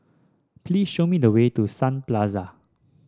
please show me the way to Sun Plaza